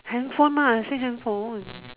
handphone lah I say handphone